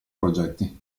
progetti